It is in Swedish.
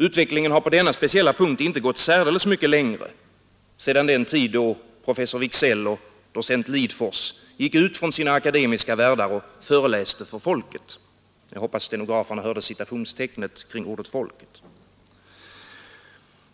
Utvecklingen har på denna punkt inte gått särdeles mycket längre sedan den tid då professor Wicksell och docent Lidforss gick ut från sina akademiska världar och föreläste för ”folket” — jag hoppas att stenograferna hörde citationstecknen kring ordet folket.